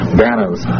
banners